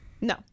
No